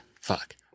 Fuck